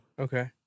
okay